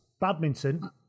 Badminton